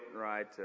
right